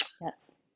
Yes